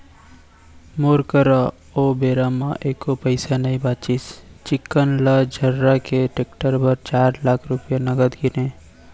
मोर करा ओ बेरा म एको पइसा नइ बचिस चिक्कन ल झर्रा के टेक्टर बर चार लाख रूपया नगद गिनें